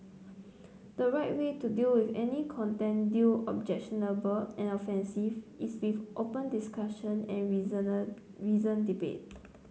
the right way to deal with any content objectionable and offensive is with open discussion and reasoned debate